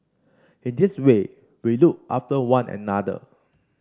in this way we look after one another